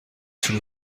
sous